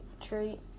treat